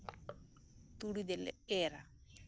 ᱛᱩᱲᱤ ᱫᱚᱞᱮ ᱮᱨᱟ